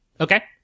Okay